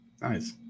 Nice